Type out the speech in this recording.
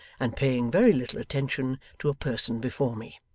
and paying very little attention to a person before me.